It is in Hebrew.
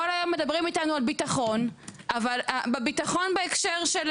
כל היום מדברים איתנו על ביטחון אבל בביטחון בהקשר של